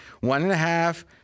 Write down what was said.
one-and-a-half